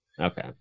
Okay